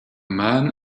man